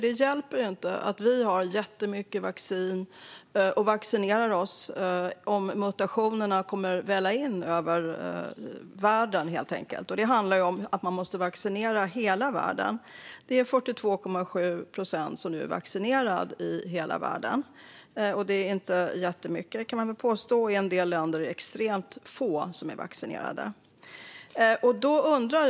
Det hjälper inte att det finns många olika vacciner och att vi vaccinerar oss om mutationerna kommer att välla in över världen. Det handlar om att vaccinera hela världen. 42,7 procent är vaccinerade i hela världen. Det är inte jättemycket, och i en del länder är extremt få vaccinerade. Fru talman!